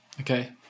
Okay